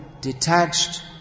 detached